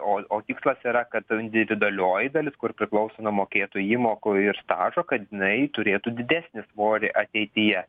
o o tikslas yra kad individualioji dalis kur priklauso nuo mokėtų įmokų ir stažo kad jinai turėtų didesnį svorį ateityje